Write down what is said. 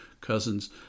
cousins